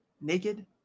naked